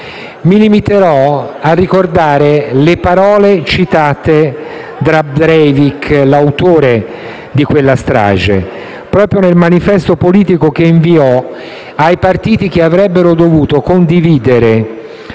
Mi limiterò a ricordare le parole citate da Breivik, l'autore di quella strage, proprio nel manifesto politico che inviò ai partiti che avrebbero dovuto condividere